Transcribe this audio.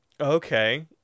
Okay